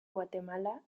guatemala